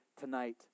tonight